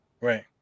Right